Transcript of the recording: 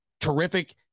terrific